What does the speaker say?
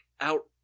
out